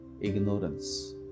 ignorance